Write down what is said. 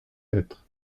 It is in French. être